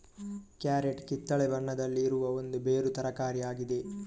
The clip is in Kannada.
ಕ್ಯಾರೆಟ್ ಕಿತ್ತಳೆ ಬಣ್ಣದಲ್ಲಿ ಇರುವ ಒಂದು ಬೇರು ತರಕಾರಿ ಆಗಿದೆ